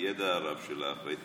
הידע הרב שלך, את